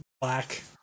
Black